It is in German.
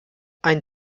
einen